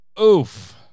Oof